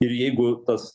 ir jeigu tas